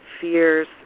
fears